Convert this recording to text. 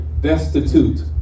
destitute